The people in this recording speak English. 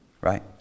right